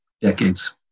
decades